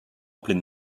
pleine